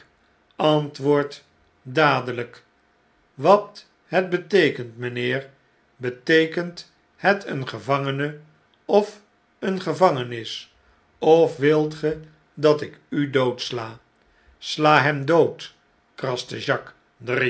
dadelijk wat het beteekent mijnheer beteekent het een gevangene of een gevangenis of wilt ge dat ik u doodsla sla hem dood kraste jacques